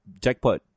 Jackpot